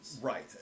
Right